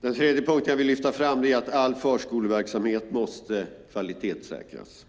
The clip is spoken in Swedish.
Den tredje punkten jag vill lyfta fram är att all förskoleverksamhet måste kvalitetssäkras.